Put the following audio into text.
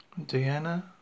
Deanna